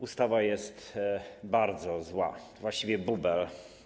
Ustawa jest bardzo zła - właściwie to bubel.